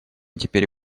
теперь